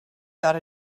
got